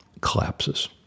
collapses